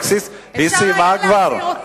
חברת הכנסת לוי אבקסיס, היא סיימה כבר.